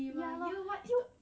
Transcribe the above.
ya lor